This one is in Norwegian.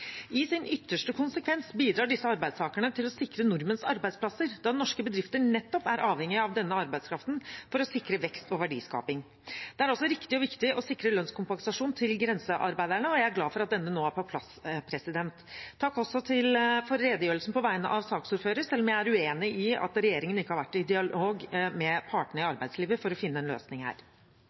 i norsk næringsliv. I sin ytterste konsekvens bidrar disse arbeidstakerne til å sikre nordmenns arbeidsplasser, da norske bedrifter nettopp er avhengige av denne arbeidskraften for å sikre vekst og verdiskaping. Det er altså riktig og viktig å sikre lønnskompensasjon til grensearbeiderne, og jeg er glad for at denne nå er på plass. Takk også for redegjørelsen på vegne av saksordføreren, selv om jeg er uenig i at regjeringen ikke har vært i dialog med partene i arbeidslivet for å finne en løsning her.